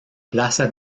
plaza